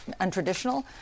untraditional